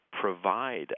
provide